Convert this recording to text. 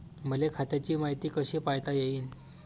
मले खात्याची मायती कशी पायता येईन?